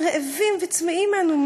/ רעבים וצמאים אנו,